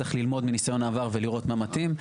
צריך ללמוד מניסיון העבר ולראות מה מתאים,